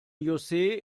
josé